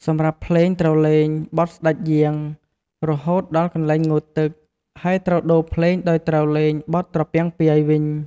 សម្រាប់ភ្លេងត្រូវលេង បទស្តេចយាង រហូតដល់កន្លែងងូតទឹក ហើយត្រូវដូភ្លេងដោយត្រូវលេង បទត្រពាំងពាយវិញ។